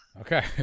Okay